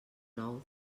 nou